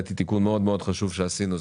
שלדעתי הוא תיקון מאוד חשוב שעשינו,